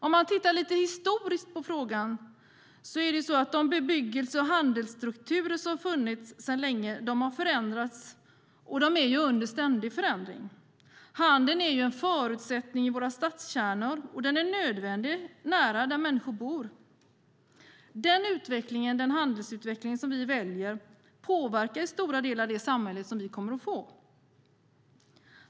Om man tittar lite historiskt på frågan ser man att de bebyggelse och handelsstrukturer som har funnits sedan länge har förändrats. De är under ständig förändring. Handeln är en förutsättning i våra stadskärnor. Den är nödvändig, och den ska finnas nära de ställen där människor bor. Den handelsutveckling som vi väljer påverkar i stora delar det samhälle vi kommer att få.